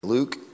Luke